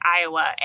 Iowa